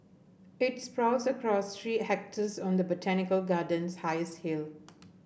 it sprawls across three hectares on the botanical garden's highest hill